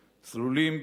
צלולים,